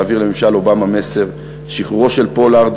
להעביר לממשל אובמה מסר: שחרורו של פולארד